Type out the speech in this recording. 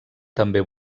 també